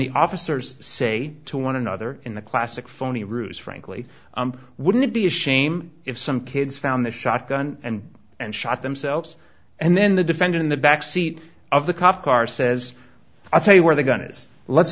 the officers say to one another in the classic phony ruse frankly wouldn't it be a shame if some kids found the shotgun and and shot themselves and then the defendant in the backseat of the cop car says i'll tell you where the gun is let's